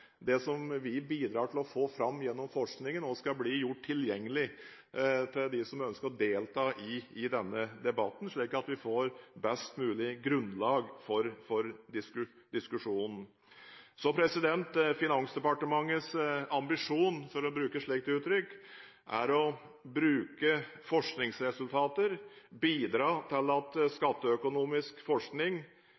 det som vi bidrar til å få fram gjennom forskningen, også skal bli gjort tilgjengelig for dem som ønsker å delta i denne debatten, slik at vi får best mulig grunnlag for diskusjonen. Så Finansdepartementets ambisjon, for å bruke et slikt uttrykk, er å bruke forskningsresultater – bidra til at